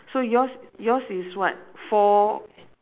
so yours yours is what four